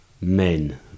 Men